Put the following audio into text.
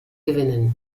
gewinnen